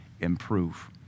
improve